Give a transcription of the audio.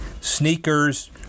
sneakers